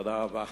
תודה רבה.